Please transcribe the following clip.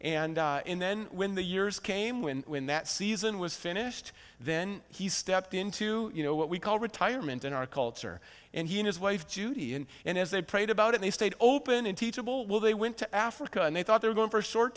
and then when the years came when when that season was finished then he stepped into you know what we call retirement in our culture and he and his wife judy and and as they prayed about it they stayed open and teachable well they went to africa and they thought they were going for a short